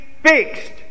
fixed